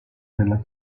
della